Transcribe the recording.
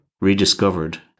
rediscovered